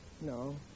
No